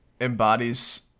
embodies